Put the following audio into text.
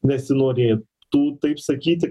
nesinorėtų taip sakyti